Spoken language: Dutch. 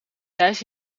thijs